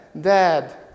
Dad